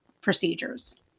procedures